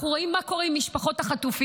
אנחנו רואים מה קורה עם משפחות החטופים.